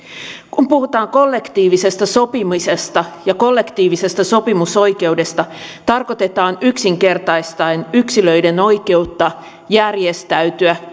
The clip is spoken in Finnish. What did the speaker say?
kun puhutaan kollektiivisesta sopimisesta ja kollektiivisesta sopimusoikeudesta tarkoitetaan yksinkertaistaen yksilöiden oikeutta järjestäytyä